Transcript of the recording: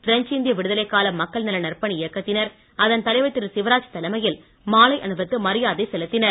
French இந்திய விடுதலைக்கால மக்கள் நல நற்பணி இயக்கத்தினர் அதன் தலைவர் திரு சிவராஜ் தலைமையில் மாலை அணிவித்து மரியாதை செலுத்தினர்